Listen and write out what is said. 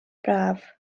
braf